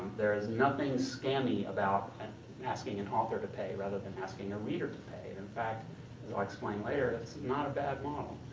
there is nothing scammy about and asking an author pay, rather than asking a reader to pay. in fact, as i'll explain later, it's not a bad model.